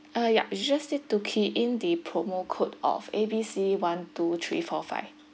uh ya it's just need to key in the promo code of A B C one two three four five